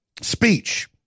speech